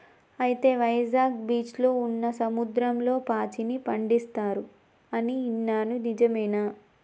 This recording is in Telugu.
అయితే వైజాగ్ బీచ్లో ఉన్న సముద్రంలో పాచిని పండిస్తారు అని ఇన్నాను నిజమేనా